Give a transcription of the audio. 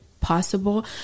possible